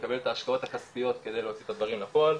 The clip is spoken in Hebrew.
לקבל את ההשקעות הכספיות כדי להוציא את הדברים לפועל.